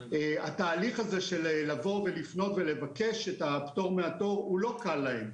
התהליך הזה של לבוא ולפנות ולבקש את הפטור מהתור הוא לא קל להם.